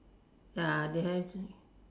ya they have